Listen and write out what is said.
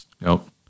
Nope